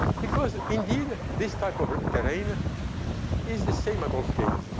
because, indeed, this type of terrain is the same at all scales.